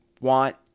want